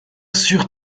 sur